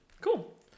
Cool